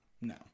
No